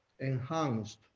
enhanced